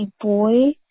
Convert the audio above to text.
boy